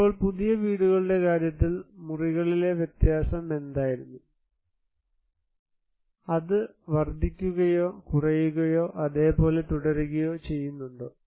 ഇപ്പോൾ പുതിയ വീടുകളുടെ കാര്യത്തിൽ മുറികളിലെ വ്യത്യാസം എന്തായിരുന്നു അത് വർദ്ധിക്കുകയോ കുറയുകയോ അതേപോലെ തുടരുകയോ ചെയ്യുന്നുണ്ടോ